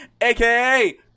aka